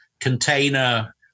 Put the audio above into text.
container